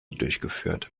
durchgeführt